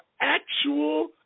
actual